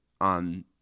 on